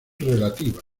relativa